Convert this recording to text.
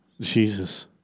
Jesus